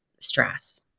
stress